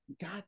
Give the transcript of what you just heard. God